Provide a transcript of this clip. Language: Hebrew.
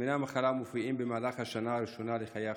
תסמיני המחלה מופיעים במהלך השנה הראשונה לחיי החולים.